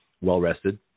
well-rested